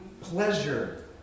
pleasure